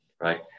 right